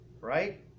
right